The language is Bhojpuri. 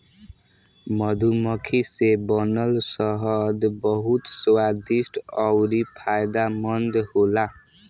मधुमक्खी से बनल शहद बहुत स्वादिष्ट अउरी फायदामंद होला